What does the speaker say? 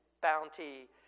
bounty